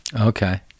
okay